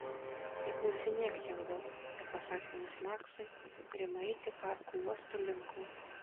neklausinėk tiek daug tepasako jis maksui ir ima eiti parku uosto linkui